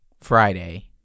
Friday